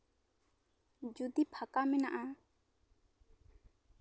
ᱡᱚᱫᱤ ᱯᱷᱟᱠᱟ ᱢᱮᱱᱟᱜᱼᱟ